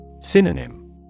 Synonym